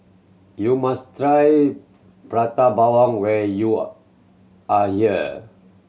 you must try Prata Bawang when you are here